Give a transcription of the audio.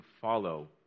follow